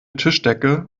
tischdecke